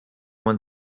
when